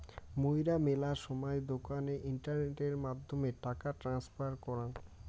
মুইরা মেলা সময় দোকানে ইন্টারনেটের মাধ্যমে টাকা ট্রান্সফার করাং